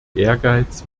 ehrgeiz